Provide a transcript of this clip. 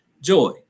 joy